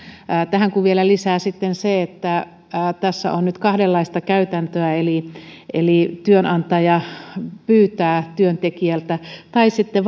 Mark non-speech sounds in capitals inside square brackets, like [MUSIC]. tähän kun sitten vielä lisää sen että tässä on nyt kahdenlaista käytäntöä eli eli työnantaja pyytää työntekijältä tai sitten [UNINTELLIGIBLE]